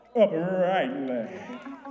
uprightly